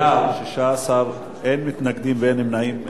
בעד, 16, אין מתנגדים ואין נמנעים.